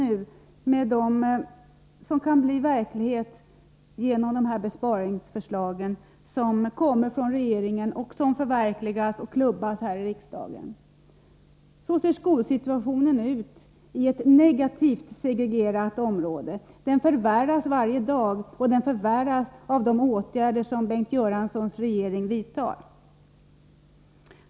Detta kan alltså bli verklighet genom de besparingsförslag som regeringen lagt fram och som sedan klubbas här i riksdagen. Så ser skolsituationen ut för negativt segregerade skolor. Den förvärras varje dag genom de åtgärder som Bengt Göranssons regering vidtar.